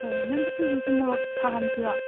ꯑꯣ ꯅꯪꯒꯤ ꯁꯤꯡꯖꯨꯁꯦ ꯃꯣꯔꯣꯛ ꯁꯥꯍꯟꯁꯤꯔꯣ